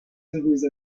heureuse